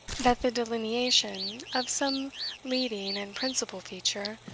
that the delineation of some leading and principal feature,